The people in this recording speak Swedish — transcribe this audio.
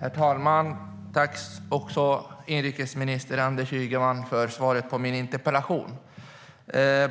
Herr talman! Tack, inrikesminister Anders Ygeman, för svaret på min interpellation!